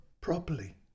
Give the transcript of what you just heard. Properly